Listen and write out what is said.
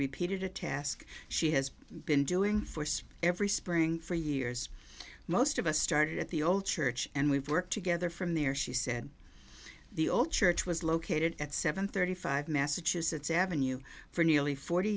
repeated a task she has been doing for so every spring for years most of us started at the old church and we've worked together from there she said the old church was located at seven thirty five massachusetts avenue for nearly forty